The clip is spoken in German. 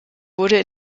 wurde